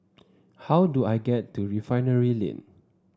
how do I get to Refinery Lane